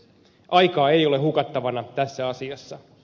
aikaa ei ole hukattavana tässä asiassa